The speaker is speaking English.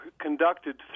conducted